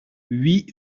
huit